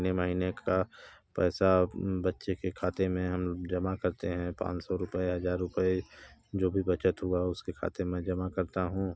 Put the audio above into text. महीने महीने का पैसा बच्चे के खाते में हम जमा करते है पाँच सौ रुपये हज़ार रुपये जो भी बचत हुआ हो उसके खाते में जमा करता हूँ